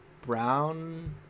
brown